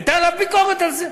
הייתה עליו ביקורת על זה.